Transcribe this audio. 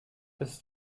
ist